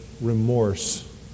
remorse